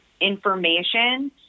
information